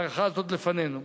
המערכה הזאת לפנינו.